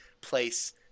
place